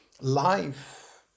life